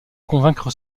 convaincre